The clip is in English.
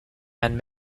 and